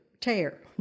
tear